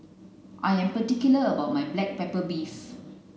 I am particular about my black pepper beef